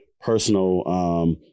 personal